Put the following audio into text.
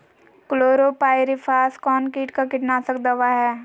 Chlorpyrifos कौन किट का कीटनाशक दवा है?